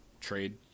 Trade